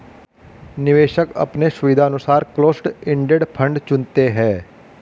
निवेशक अपने सुविधानुसार क्लोस्ड इंडेड फंड चुनते है